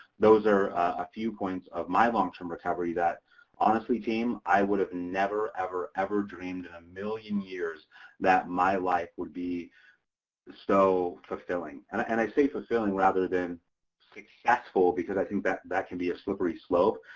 those are a few points of my long-term recovery that honestly team, i would have never ever ever dreamed in a million years that my life would be so fulfilling. and and i say fulfilling rather than successful because i think that and that can be a slippery slope.